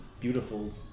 beautiful